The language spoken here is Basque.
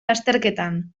lasterketan